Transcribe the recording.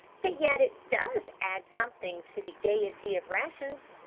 but yet it does add something to the gayety of rations!